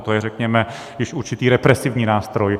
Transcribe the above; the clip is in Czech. To je, řekněme, již určitý represivní nástroj.